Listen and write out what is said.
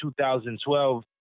2012